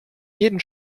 jeden